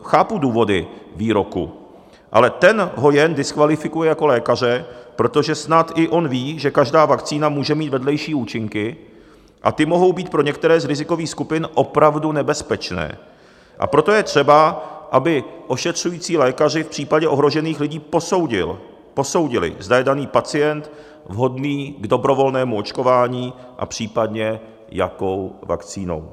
Chápu důvody výroku, ale ten ho jen diskvalifikuje jako lékaře, protože snad i on ví, že každá vakcína může mít vedlejší účinky a ty mohou být pro některé z rizikových skupin opravdu nebezpečné, a proto je třeba, aby ošetřující lékaři v případě ohrožených lidí posoudili, zda je daný pacient v hodný k dobrovolnému očkování, a případně jakou vakcínou.